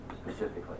specifically